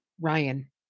Ryan